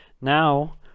Now